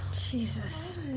Jesus